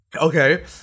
Okay